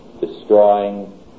destroying